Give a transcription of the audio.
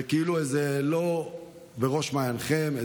זה כאילו לא בראש מעיינכם,